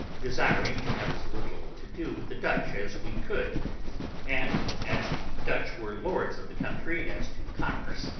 desiring to have as little to do with the dutch as we could and as the dutch were lords of the country as to commerce,